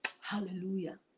Hallelujah